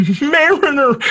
Mariner